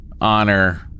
Honor